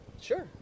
sure